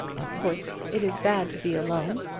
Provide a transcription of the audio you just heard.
of course it is bad to be alone,